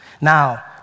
Now